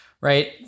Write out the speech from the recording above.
right